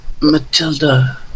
Matilda